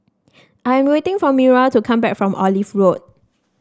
I am waiting for Myra to come back from Olive Road